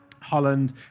Holland